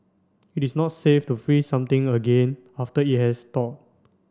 it is not safe to freeze something again after it has thaw